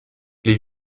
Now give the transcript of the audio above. les